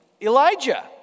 Elijah